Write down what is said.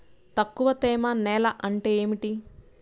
తక్కువ తేమ నేల అంటే ఏమిటి?